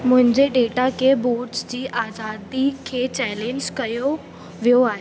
मुंहिंजे डेटा खे बूट्स जी आज़ादी खे चैलेन्ज कयो वियो आहे